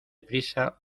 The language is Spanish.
prisa